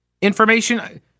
information